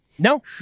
No